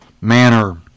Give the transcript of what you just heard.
manner